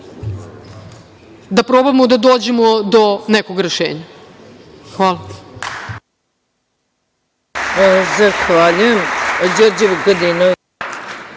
da probamo da dođemo do nekog rešenja. Hvala.